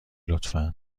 لطفا